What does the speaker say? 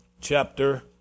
chapter